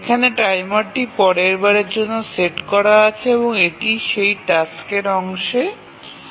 এখানে টাইমারটি পরের বারের জন্য সেট করা আছে এবং এটি সেই টাস্কটির সময়ে অংশ নেয়